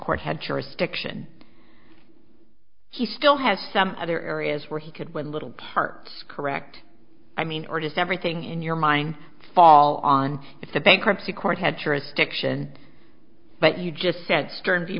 court had jurisdiction he still has some other areas where he could win little parts correct i mean or does everything in your mind fall on if the bankruptcy court had jurisdiction but you just said